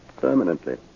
Permanently